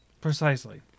precisely